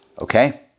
Okay